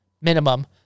Minimum